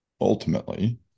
ultimately